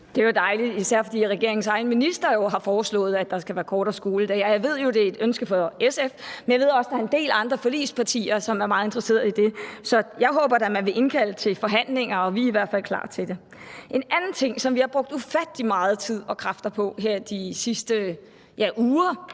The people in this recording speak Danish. Det var dejligt, især fordi regeringens egen minister jo har foreslået, at der skal være kortere skoledag. Jeg ved jo, det er et ønske fra SF, men jeg ved også, at der er en del andre forligspartier, som er meget interesserede i det. Så jeg håber da, man vil indkalde til forhandlinger, og vi er i hvert fald klar til det. En anden ting, som vi har brugt ufattelig meget tid og mange kræfter på her de sidste uger,